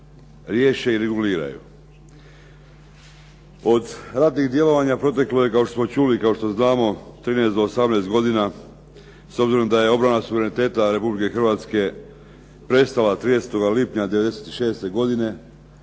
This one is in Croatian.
riješe i reguliraju. Od ratnih djelovanja proteklo je kao što smo čuli i kao što znamo 13 do 18 godina s obzirom da je obrana suvereniteta Republike Hrvatske prestala 30. lipnja 96. godine